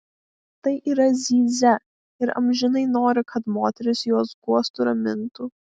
tai yra zyzia ir amžinai nori kad moterys juos guostų ramintų